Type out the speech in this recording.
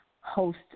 host